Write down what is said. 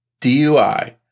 DUI